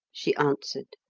she answered.